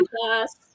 class